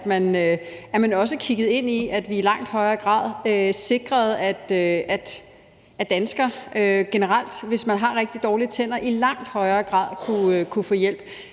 at man også kiggede ind i, at vi i langt højere grad sikrede, at danskere generelt, hvis de har rigtig dårlige tænder, i langt højere grad kunne få hjælp.